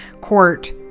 court